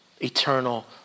eternal